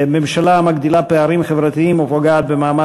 ישיב שר הרווחה והשירותים החברתיים מאיר